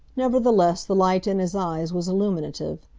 nevertheless, the light in his eyes was illuminative.